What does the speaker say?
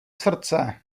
srdce